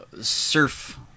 surf